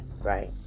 right